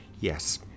Yes